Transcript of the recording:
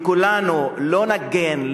וכולנו לא נגן,